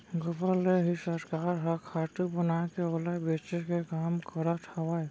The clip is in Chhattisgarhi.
गोबर ले ही सरकार ह खातू बनाके ओला बेचे के काम करत हवय